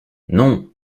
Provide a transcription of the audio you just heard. non